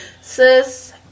sis